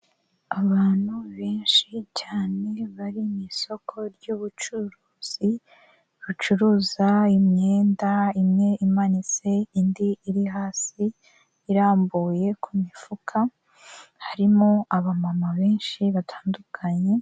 Abantu benshi cyane bari mu isoko ry'ubucuruzi, bucuruza imyenda imwe imanitse indi iri hasi irambuye ku imifuka, harimo abamama benshi batandukanye...